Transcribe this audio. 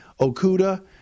Okuda